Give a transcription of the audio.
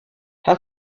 how